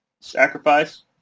Sacrifice